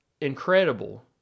incredible